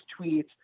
tweets